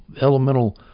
elemental